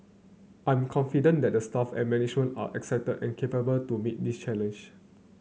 I'm confident that the staff and management are excited and capable to meet this challenge